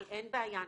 אבל אין בעיה,